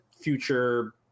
future